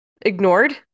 ignored